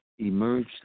emerged